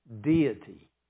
deity